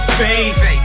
face